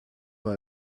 war